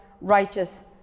righteous